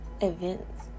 events